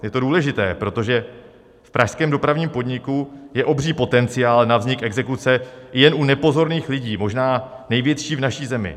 Je to důležité, protože v pražském dopravním podniku je obří potenciál na vznik exekuce, jen u nepozorných lidí možná největší v naší zemi.